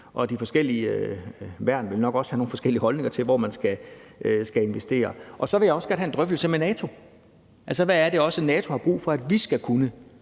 og de forskellige værn vil nok også have nogle forskellige holdninger til, hvor man skal investere. Så vil jeg også godt have en drøftelse med NATO. Altså, hvad er det, NATO har brug for at vi skal kunne?